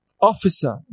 officer